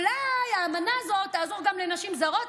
אולי כי האמנה הזאת תעזור גם לנשים זרות.